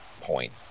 point